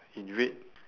in red